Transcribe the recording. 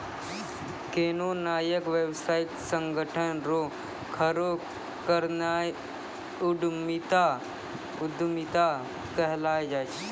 कोन्हो नयका व्यवसायिक संगठन रो खड़ो करनाय उद्यमिता कहलाय छै